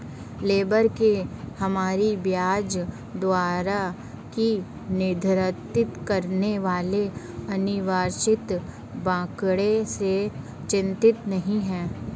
labour को हमारी ब्याज दरों को निर्धारित करने वाले अनिर्वाचित बैंकरों से चिंतित नहीं है